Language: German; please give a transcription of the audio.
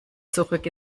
zurück